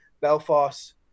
Belfast